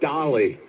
Dolly